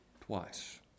twice